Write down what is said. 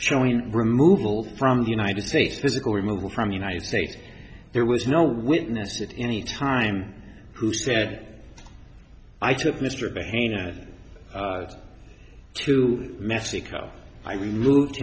showing removal from the united states physical removal from united states there was no witness at any time who said i took mr behavior to mexico i removed